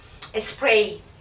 spray